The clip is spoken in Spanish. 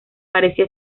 parecía